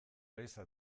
leiza